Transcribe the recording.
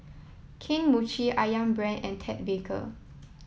Kane Mochi Ayam Brand and Ted Baker